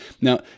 Now